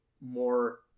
more